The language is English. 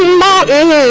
not end